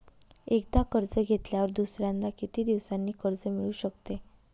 एकदा कर्ज घेतल्यावर दुसऱ्यांदा किती दिवसांनी कर्ज मिळू शकते?